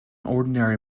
ordinary